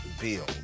bill